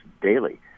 daily